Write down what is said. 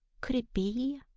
could it be?